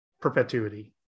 perpetuity